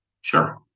Sure